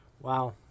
wow